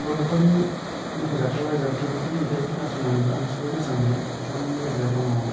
बर'फोरनि मख'जाथाव रोजाबगिरिफोरनि मेथाइखौ खोनासंनानैबो आङो जोबोर मोजां मोनो बिथांमोननि गेजेराव दङ